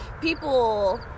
people